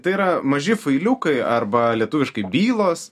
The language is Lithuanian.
tai yra maži failiukai arba lietuviškai bylos